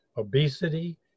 Obesity